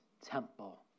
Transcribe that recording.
temple